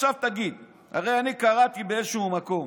עכשיו תגיד, הרי אני קראתי באיזשהו מקום,